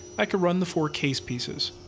i can run the four case pieces.